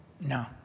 no